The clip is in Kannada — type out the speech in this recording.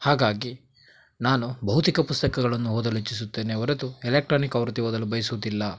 ಹಾಗಾಗಿ ನಾನು ಭೌತಿಕ ಪುಸ್ತಕಗಳನ್ನು ಓದಲು ಇಚ್ಛಿಸುತ್ತೇನೆ ಹೊರತು ಎಲೆಕ್ಟ್ರಾನಿಕ್ ಆವೃತ್ತಿ ಓದಲು ಬಯಸುದಿಲ್ಲ